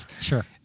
Sure